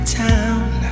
town